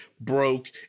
broke